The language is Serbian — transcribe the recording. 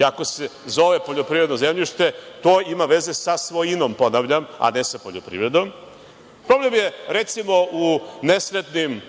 iako se zove poljoprivredno zemljište, to ima veze sa svojinom, ponavljam, a ne sa poljoprivredom. Problem je u nesretnim